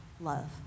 love